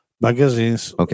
magazines